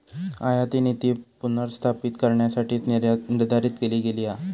आयातनीती पुनर्स्थापित करण्यासाठीच निर्धारित केली गेली हा